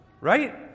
Right